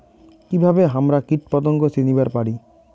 কিভাবে হামরা কীটপতঙ্গ চিনিবার পারি?